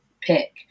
pick